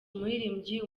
umuririmbyi